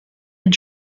and